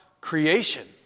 creation